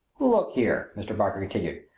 look here! mr. parker continued.